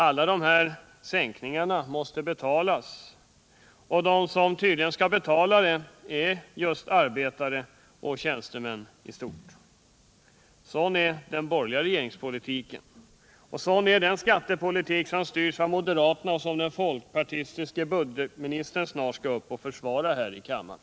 Alla dessa sänkningar måste betalas, och de som tydligen skall betala är just arbetare och tjänstemän. Sådan är den borgerliga regeringspolitiken. Sådan är den skattepolitik som styrs av moderaterna och som den folkpartistiske budgetministern snart skall försvara här i kammaren.